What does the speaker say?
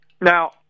Now